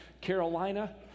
Carolina